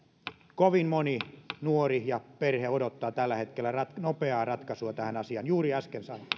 kovin moni nuori ja perhe odottaa tällä hetkellä nopeaa ratkaisua tähän asiaan juuri äsken sain